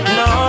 no